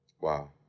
Wow